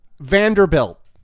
Vanderbilt